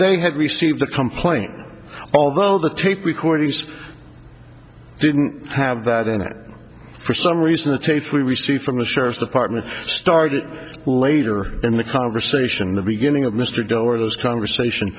they had received the complaint although the tape recorder didn't have that in it for some reason the tapes we received from the sheriff's department started later in the conversation the beginning of mr go where those conversation